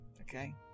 okay